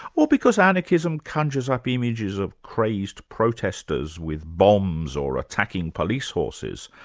or because anarchism conjures up images of crazed protesters with bombs or attacking police horses?